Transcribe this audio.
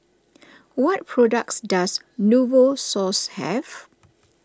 what products does Novosource have